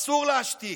אסור להשתיק,